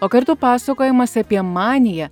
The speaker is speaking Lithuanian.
o kartu pasakojimas apie maniją